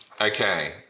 Okay